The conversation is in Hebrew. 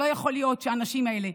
לא יכול להיות שהאנשים האלה,